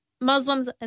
muslims